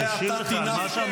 הוא מדבר איתי.